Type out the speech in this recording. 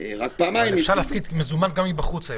רק פעמיים --- אפשר היום להפקיד מזומן גם מבחוץ,